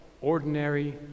ordinary